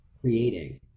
creating